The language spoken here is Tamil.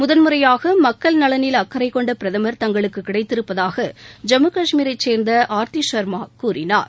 முதன்முறையாக மக்கள் நலனில் அக்கறை கொண்ட பிரதமர் தங்களுக்கு கிடைத்திருப்பதாக ஜம்மு காஷ்மீரை சேர்ந்த ஆர்த்தி ஷர்மா கூறினார்